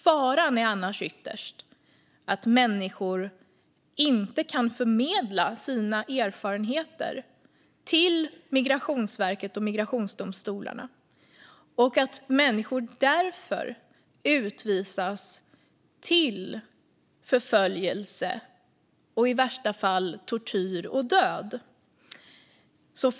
Faran är annars ytterst att människor inte kan förmedla sina erfarenheter till Migrationsverket och migrationsdomstolarna och att människor därför utvisas till förföljelse och i värsta fall tortyr och död.